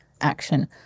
action